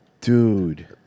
Dude